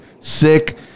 sick